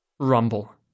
Rumble